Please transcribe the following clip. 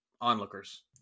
onlookers